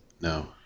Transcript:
No